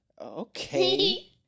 Okay